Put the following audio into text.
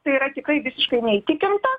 tai yra tikrai visiškai neįtikinta